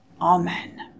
Amen